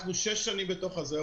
אנחנו שש שנים בתוך זה,